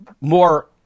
more